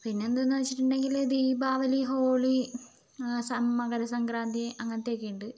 പിന്നെ എന്ത് എന്നു വച്ചിട്ടുണ്ടെങ്കിൽ ദീപാവലി ഹോളി മകര സംക്രാന്തി അങ്ങനത്തെയൊക്കെയുണ്ട്